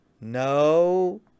no